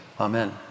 Amen